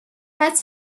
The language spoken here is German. falls